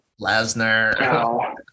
Lesnar